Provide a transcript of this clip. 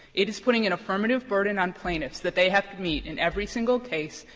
it is putting an affirmative burden on plaintiffs that they have to meet in every single case,